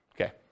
Okay